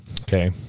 Okay